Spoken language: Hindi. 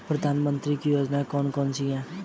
प्रधानमंत्री की योजनाएं कौन कौन सी हैं?